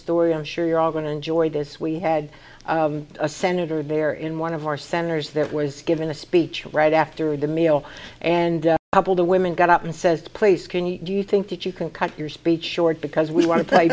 story i'm sure you're all going to enjoy this we had a senator there in one of our centers that was giving a speech right after the meal and a couple the women got up and says to place can you do you think that you can cut your speech short because we want to